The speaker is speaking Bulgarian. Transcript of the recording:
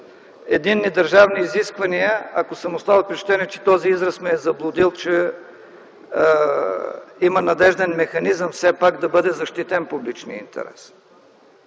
„единни държавни изисквания”, ако сте останал с впечатление, че този израз ме е заблудил, че има надежден механизъм все пак да бъде защитен публичният интерес.